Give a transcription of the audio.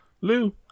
Lou